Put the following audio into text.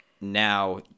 now